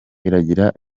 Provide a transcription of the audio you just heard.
iragira